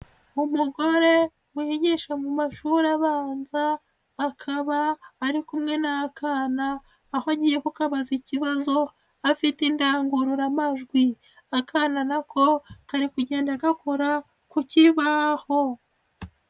Umugore wigisha mu mashuri abanza akaba ari kumwe n'akana aho agiye kukabaza ikibazo afite indangururamajwi, akana na ko kari kugenda gakora ku kibaho.